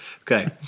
Okay